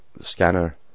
Scanner